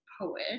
poet